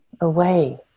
away